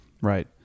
Right